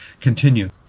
continue